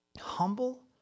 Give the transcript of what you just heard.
humble